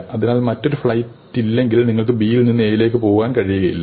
അതിനാൽ മറ്റൊരു ഫ്ലൈറ്റ് ഇല്ലെങ്കിൽ നിങ്ങൾക്ക് B യിൽ നിന്ന് A യിലേക് പോകുവാൻ കഴിയുകയില്ല